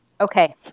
Okay